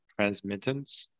transmittance